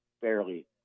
fairly